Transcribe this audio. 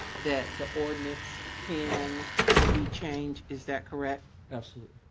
that the ordinance can be changed, is that correct? absolutely.